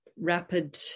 rapid